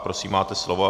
Prosím, máte slovo.